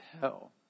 hell